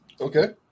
Okay